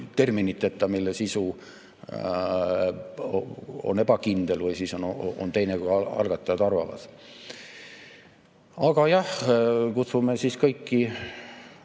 terminiteta, mille sisu on ebakindel või siis on teine, kui algatajad arvavad. Aga jah, kutsume kõiki